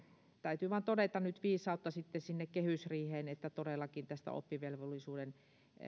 täytyy vain todeta että nyt viisautta sitten sinne kehysriiheen jotta todellakin tästä oppivelvollisuuden